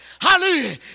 hallelujah